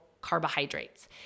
carbohydrates